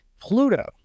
Pluto